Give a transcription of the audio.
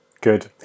good